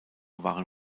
waren